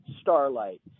starlight